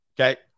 Okay